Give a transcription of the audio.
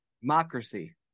Democracy